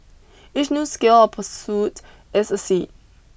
each new skill or pursuit is a seed